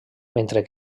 mentre